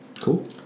Cool